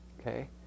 okay